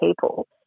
people